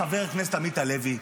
חבר הכנסת עמית הלוי,